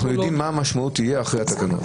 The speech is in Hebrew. אנחנו יודעים מה המשמעות תהיה אחרי התקנות.